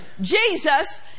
Jesus